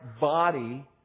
body